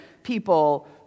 people